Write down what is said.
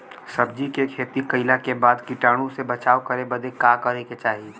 सब्जी के खेती कइला के बाद कीटाणु से बचाव करे बदे का करे के चाही?